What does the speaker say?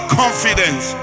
confidence